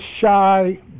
shy